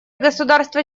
государства